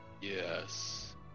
Yes